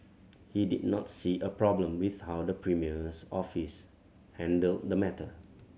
he did not see a problem with how the premier's office handled the matter